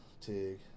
Tig